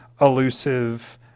elusive